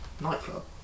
Nightclub